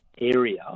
area